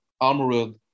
Armored